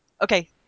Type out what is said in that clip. okay